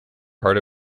part